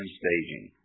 staging